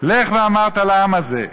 לך ואמרת לעם הזה,